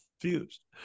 confused